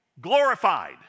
Glorified